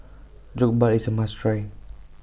Jokbal IS A must Try